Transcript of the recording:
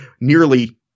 nearly